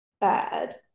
bad